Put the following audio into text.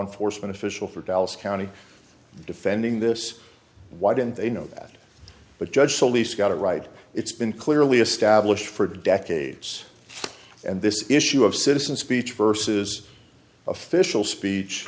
enforcement official for dallas county defending this why didn't they know that but judge police got it right it's been clearly established for decades and this issue of citizen speech versus official speech